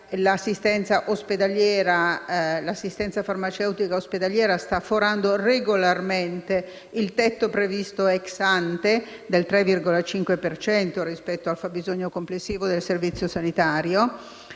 l'assistenza farmaceutica ospedaliera sta forando regolarmente il tetto previsto *ex ante* del 3,5 per cento rispetto al fabbisogno complessivo del Servizio sanitario.